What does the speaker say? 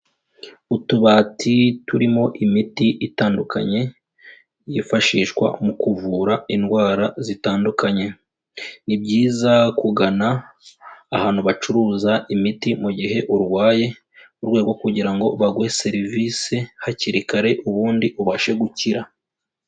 Utubati turimo imiti itandukanye, yifashishwa mu kuvura indwara zitandukanye. Ni byiza kugana ahantu bacuruza imiti mu gihe urwaye, mu rwego rwo kugira ngo baguhe serivise hakiri kare, ubundi ubashe gukira.